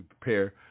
prepare